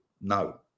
no